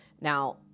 Now